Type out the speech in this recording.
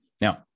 Now